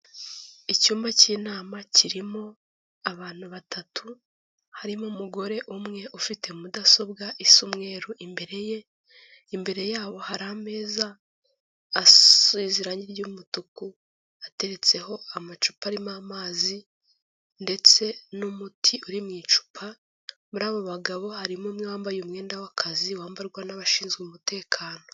Icyumba cy'inama, kirimo abantu batatu, harimo umugore umwe ufite mudasobwa isa umweru imbere ye, imbere yabo hari ameza, asize irange ry'umutuku, ateretseho amacupa arimo amazi ndetse n'umuti uri mu icupa, muri abo bagabo. harimo umwe wambaye umwenda w'akazi, wambarwa n'abashinzwe umutekano.